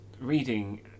reading